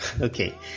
Okay